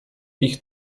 ich